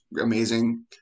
amazing